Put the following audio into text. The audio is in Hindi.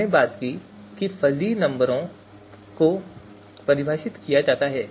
हमने बात की कि कैसे फ़ज़ी नंबरों को परिभाषित किया जाता है